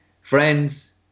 friends